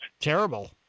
terrible